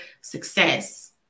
success